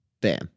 bam